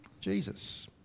Jesus